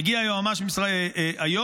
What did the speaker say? מגיע יועמ"ש איו"ש,